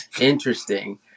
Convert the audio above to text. Interesting